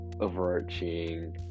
overarching